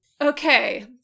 Okay